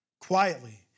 Quietly